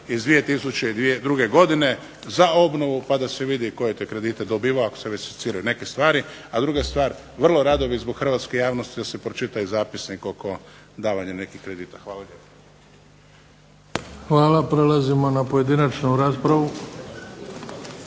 mjenica iz 2002. godine za obnovu pa da se vidi tko je te kredite dobivao ako se već seciraju neke stvari. A druga stvar, vrlo rado bih zbog hrvatske javnosti da se pročita zapisnik oko davanja nekih kredita. Hvala lijepo. **Bebić, Luka (HDZ)** Hvala. Prelazimo na pojedinačnu raspravu.